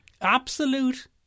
Absolute